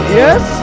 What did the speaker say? yes